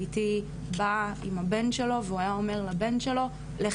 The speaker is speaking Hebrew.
הייתי באה עם הבן שלו והוא היה אומר לבן שלו לך